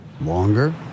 longer